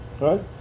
right